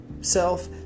self